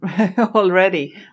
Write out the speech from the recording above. already